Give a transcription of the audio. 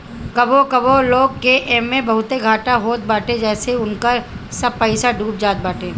कबो कबो लोग के एमे बहुते घाटा होत बाटे जेसे उनकर सब पईसा डूब जात बाटे